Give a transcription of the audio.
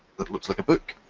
that looks like a book,